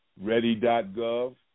Ready.gov